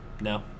No